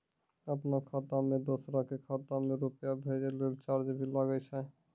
आपनों खाता सें दोसरो के खाता मे रुपैया भेजै लेल चार्ज भी लागै छै?